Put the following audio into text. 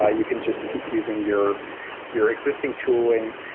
ah you can just keep using your your existing tooling.